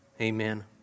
amen